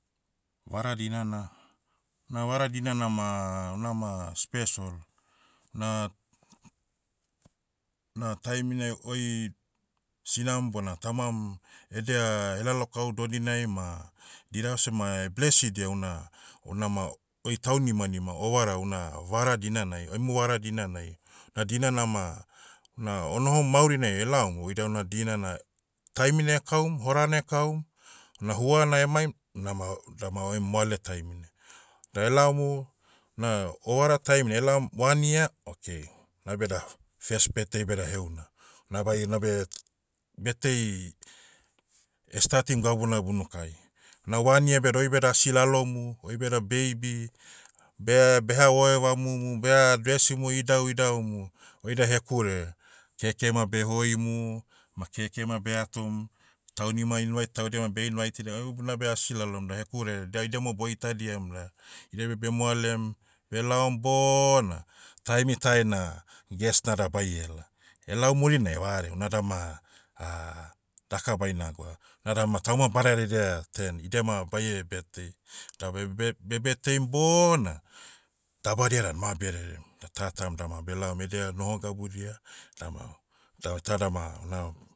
Vara dinana. Na vara dinana ma, unama, special. Na- na taiminai oi, sinam bona tamam, edia, helalokau dodinai ma, dirava seh ma, blesidia una- unama, oi taunimanima o vara una vara dinanai, oemu vara dinanai, na dinana ma, una onohom maurinai elaom oida una dina na, taimina ekaum, horana ekaum, una huana emaim, unama, dama oiem moale taimina. Da elaomu, na ovara taiminai elaom, one year, okay, nabeda, first birthday beda heuna. Navaia nabe, birthday, statim gabuna bunukai. Na one year beda oi beda asi lalomu, oi beda baby, beh- beha goevamumu beha dresimu idauidaumu, oida hekure. Kekema behoimu, ma kekema behatom, taunima invite taudia ma beh invaitidia oi bunabe asi lalom da hekure, da idiamo boitadiam da. Idia beh bemoalem, belaom bona, taemi tai na, guest nada baiela. Elaom murinai vaden, unada ma, daka baina gwa, nadama tauma badadedia turn. Idia ma baie birthday. Da be- be- be betdeim bona, dabadia dan ma bererem. Da tatam dama belaom edia noho gabudia, dama, da tadama, na,